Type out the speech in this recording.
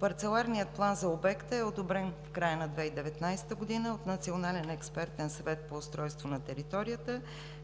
Парцеларният план за обекта е одобрен в края на 2019 г. от Национален експертен съвет по устройство на територията